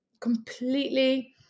completely